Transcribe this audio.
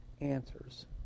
answers